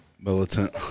militant